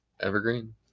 Evergreen